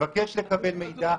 מבקשת לקבל מידע.